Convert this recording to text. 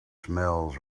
smells